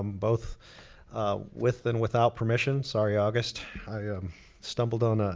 um both with and without permission. sorry, august. i um stumbled on. ah